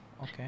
Okay